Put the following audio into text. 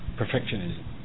perfectionism